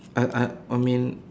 I I I mean